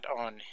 on